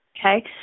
okay